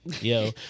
Yo